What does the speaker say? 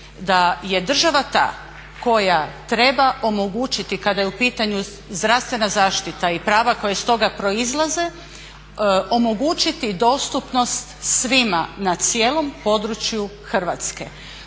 da je država ta koja treba omogućiti kad je u pitanju zdravstvena zaštita i prava koja iz toga proizlaze omogućiti dostupnost svima na cijelom području Hrvatske.